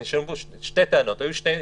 יש פה שתי טענות, היו פה שתי דוגמאות.